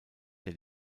der